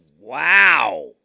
Wow